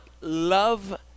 love